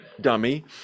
dummy